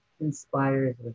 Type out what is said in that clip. inspires